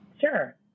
Sure